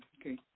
Okay